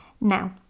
now